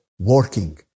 working